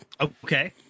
Okay